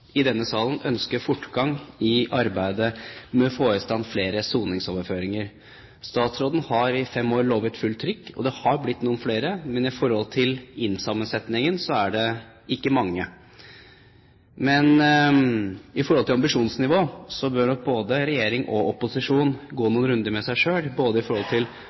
i denne salen ønsker fortgang i arbeidet med å få i stand flere soningsoverføringer. Statsråden har i fem år lovet fullt trykk. Det har blitt noen flere, men i forhold til innsattesammensetningen er det ikke mange. I forhold til ambisjonsnivået bør nok både regjering og opposisjon gå noen runder med seg selv og se på både oppnådde, ønskede og mulige resultater og ta en runde i forhold